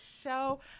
show